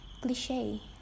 cliche